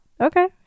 Okay